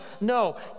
No